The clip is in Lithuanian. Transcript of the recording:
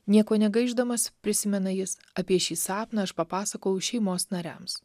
nieko negaišdamas prisimena jis apie šį sapną aš papasakojau šeimos nariams